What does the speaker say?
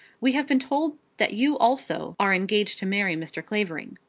we have been told that you also are engaged to marry mr. clavering.